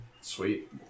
Sweet